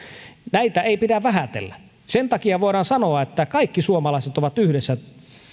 näitä ei pidä vähätellä sen takia voidaan sanoa että kaikki suomalaiset ovat yhdessä